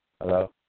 Hello